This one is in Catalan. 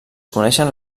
coneixien